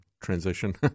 transition